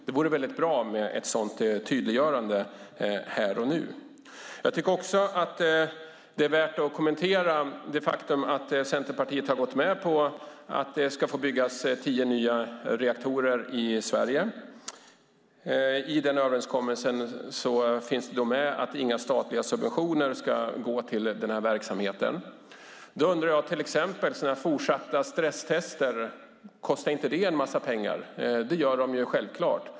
Det vore väldigt bra med ett sådant tydliggörande här och nu. Jag tycker också att det är värt att kommentera det faktum att Centerpartiet har gått med på att det ska få byggas tio nya reaktorer i Sverige. I den överenskommelsen finns det med att inga statliga subventioner ska gå till den här verksamheten. Då undrar jag om till exempel fortsatta stresstester: Kostar inte de en massa pengar? Det gör de självklart.